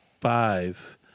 five